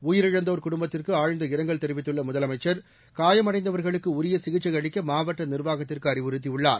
உயிரிழந்தோர் குடும்பத்திற்கு இரங்கல் தெரிவித்துள்ள முதலமைச்சர் காயமடைந்தவர்களுக்கு உரிய சிகிச்சை அளிக்க மாவட்ட நிர்வாகத்திற்கு அறிவுறுத்தியுள்ளார்